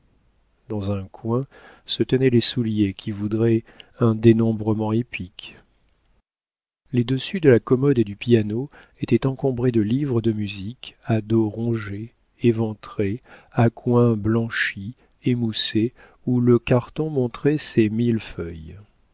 dans un coin se tenaient les souliers qui voudraient un dénombrement épique les dessus de la commode et du piano étaient encombrés de livres de musique à dos rongés éventrés à coins blanchis émoussés où le carton montrait ses mille feuilles